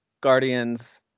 Guardians